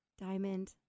Diamond